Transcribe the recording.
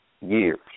years